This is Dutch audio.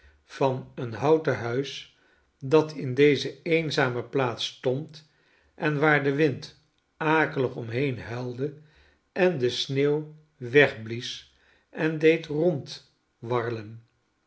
van een houten huis dat in deze eenzame plaats stond en waar de wind akelig omheen huilde en de sneeuw wegblies en deed